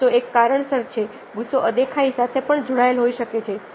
ગુસ્સો એક કારણસર છે ગુસ્સો અદેખાઇ સાથે પણ જોડાયેલ હોઈ શકે છે